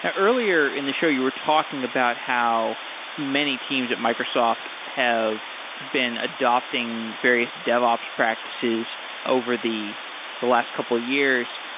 earlier in the show, you were talking about how many teams at microsoft have been adopting various devops practices over the the last couple of years.